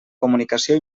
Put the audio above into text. comunicació